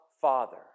Father